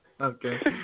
Okay